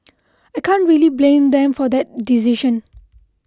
I can't really blame them for that decision